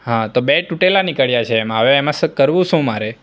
હા તો બે તૂટેલા નીકળ્યા છે એમાં તો હવે કરવું શું મારે